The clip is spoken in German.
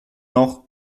noch